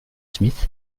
smith